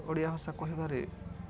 ଓଡ଼ିଆ ଭାଷା କହିବାରେ